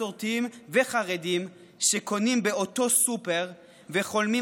מסורתיים וחרדים שקונים באותו סופר וחולמים